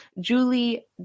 Julie